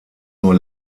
nur